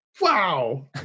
Wow